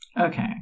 Okay